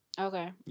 Okay